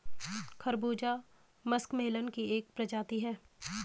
खरबूजा मस्कमेलन की एक प्रजाति है